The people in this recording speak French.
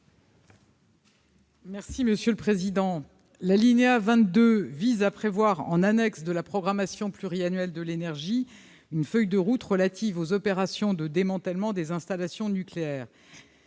est à Mme la ministre. L'alinéa 32 vise à prévoir, en annexe à la programmation pluriannuelle de l'énergie, une feuille de route relative aux opérations de démantèlement des installations nucléaires.